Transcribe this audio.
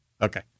Okay